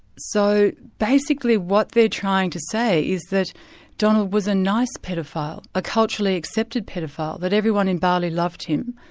so basically what they're trying to say is that donald was a nice paedophile, a culturally accepted paedophile, that everyone in bali loved him,